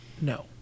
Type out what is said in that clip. No